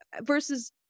versus